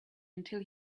until